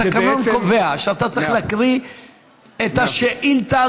התקנון קובע שאתה צריך להקריא את השאילתה